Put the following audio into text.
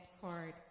card